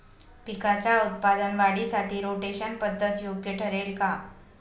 पिकाच्या उत्पादन वाढीसाठी रोटेशन पद्धत योग्य ठरेल का?